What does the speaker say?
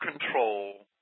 control